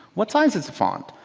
what size is the font?